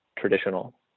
traditional